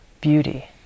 beauty